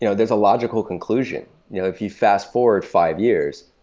you know there's a logical conclusion. you know if you fast-forward five years,